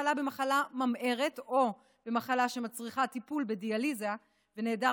שחלה במחלה ממארת או במחלה שמצריכה טיפול בדיאליזה ונעדר